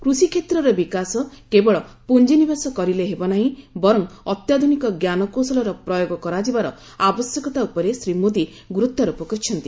କୃଷି କ୍ଷେତ୍ରର ବିକାଶ କେବଳ ପୁଞ୍ଜିନିବେଶ କରିଲେ ହେବ ନାହିଁ ବରଂ ଅତ୍ୟାଧୁନିକ ଜ୍ଞାନକୌଶଳର ପ୍ରୟୋଗ କରାଯିବାର ଆବଶ୍ୟକତା ଉପରେ ଶ୍ରୀ ମୋଦି ଗୁରୁତ୍ୱାରୋପ କରିଛନ୍ତି